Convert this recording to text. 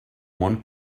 one